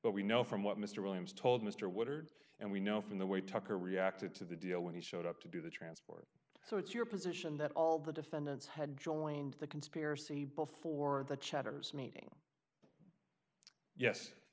but we know from what mr williams told mr woodard and we know from the way tucker reacted to the deal when he showed up to do the transport so it's your position that all the defendants had joined the conspiracy before the chatter's meeting yes